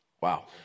Wow